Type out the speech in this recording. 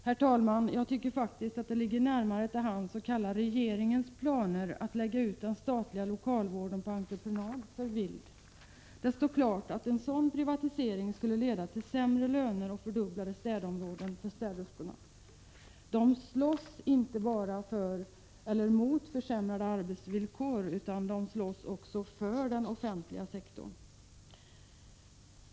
Jag tycker faktiskt, herr talman, att det ligger närmare till hands att kalla regeringens planer på att lägga ut den statliga lokalvården på entreprenad för vilda. Det står klart att en sådan här privatisering skulle leda till sämre löner och fördubblade städområden för städerskorna. De slåss inte bara mot försämrade arbetsvillkor utan de slåss också för den offentliga sektorn.